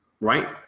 right